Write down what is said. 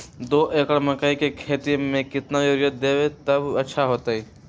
दो एकड़ मकई के खेती म केतना यूरिया देब त अच्छा होतई?